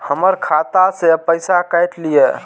हमर खाता से पैसा काट लिए?